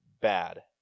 bad